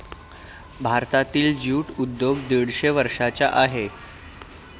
भारतातील ज्यूट उद्योग दीडशे वर्षांचा आहे